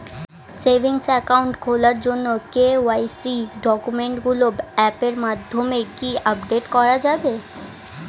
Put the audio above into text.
Savings account খোলার জন্য KYC ডকুমেন্টগুলো অ্যাপের মাধ্যমে কি আপডেট করা যাবে?